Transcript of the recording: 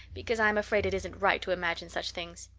because i'm afraid it isn't right to imagine such things.